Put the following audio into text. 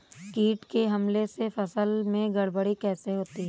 कीट के हमले से फसल में गड़बड़ी कैसे होती है?